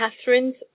Catherine's